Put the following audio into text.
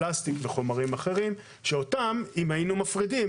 פלסטיק וחומרים אחרים שאותם אם היינו מפרידים